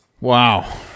Wow